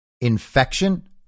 infection